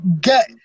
get